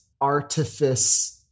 artifice